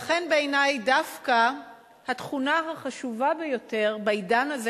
לכן בעיני דווקא התכונה החשובה ביותר בעידן הזה